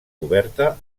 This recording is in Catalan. coberta